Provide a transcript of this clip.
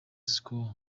scores